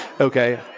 Okay